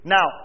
Now